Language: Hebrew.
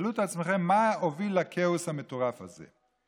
תשאלו את עצמכם מה הוביל לכאוס המטורף הזה.